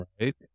right